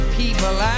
people